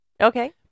Okay